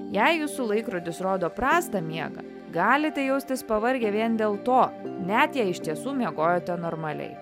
jei jūsų laikrodis rodo prastą miegą galite jaustis pavargę vien dėl to net jei iš tiesų miegojote normaliai